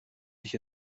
sich